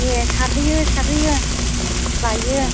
ए सारहैयो सारहैयो लाइयो